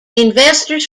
investors